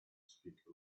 speak